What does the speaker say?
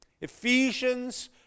ephesians